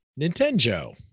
nintendo